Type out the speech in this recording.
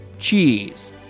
Cheese